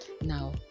now